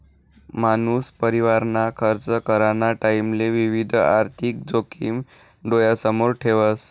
मानूस परिवारना खर्च कराना टाईमले विविध आर्थिक जोखिम डोयासमोर ठेवस